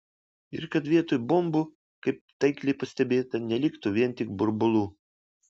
ir kad vietoj bombų kaip taikliai pastebėta neliktų vien tik burbulų